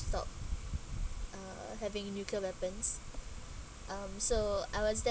stop uh having nuclear weapons um so I was there